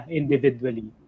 individually